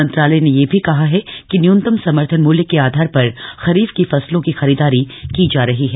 मंत्रालय ने यह भी कहा है कि न्यूनतम समर्थन मूल्य के आधार पर खरीफ की फसलों की खरीदारी की जा रही है